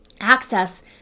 access